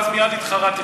ואז מייד התחרטתי,